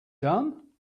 done